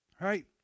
right